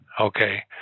Okay